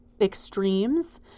extremes